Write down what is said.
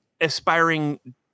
aspiring